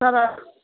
तर